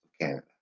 Canada